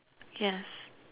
yes